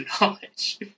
knowledge